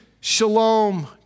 shalom